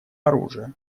оружия